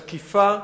תקיפה,